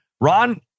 Ron